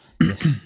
Yes